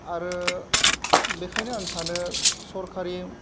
आरो बेखायनो आं सानो सरकारि